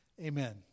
Amen